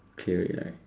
clear it right